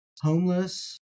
homeless